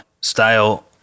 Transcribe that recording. style